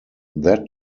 that